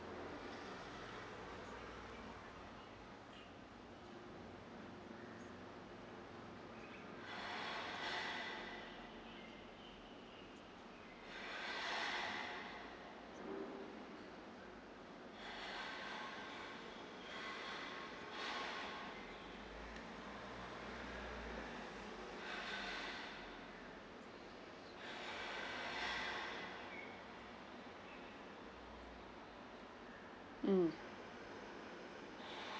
mm